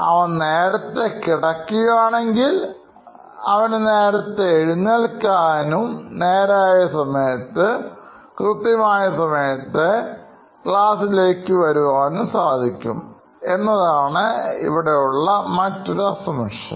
അവൻ നേരത്തെ കിടക്കുകയാണെങ്കിൽ അവന് നേരത്തെ എഴുന്നേൽക്കാനുംനേരായ സമയത്ത് ക്ലാസിലേക്ക് വരുവാനും സാധിക്കും എന്നതാണ് ഇവിടെയുള്ള മറ്റൊരു അനുമാനം